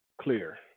clear